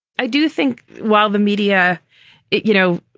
i do think while the media you know,